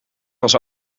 was